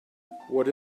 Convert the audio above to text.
what